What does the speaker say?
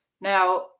Now